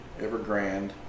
Evergrande